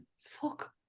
Fuck